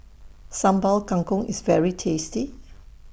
Sambal Kangkong IS very tasty